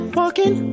walking